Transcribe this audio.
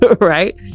right